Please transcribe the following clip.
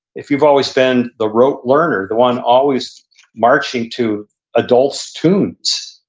if you've always been the rote learner, the one always marching to adults tunes,